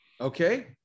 Okay